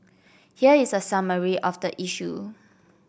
here is a summary of the issue